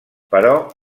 però